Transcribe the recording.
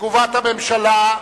תגובת הממשלה,